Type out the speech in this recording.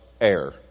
air